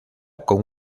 con